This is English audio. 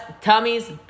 tummies